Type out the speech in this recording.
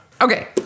Okay